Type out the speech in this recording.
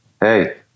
Hey